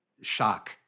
shock